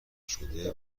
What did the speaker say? شده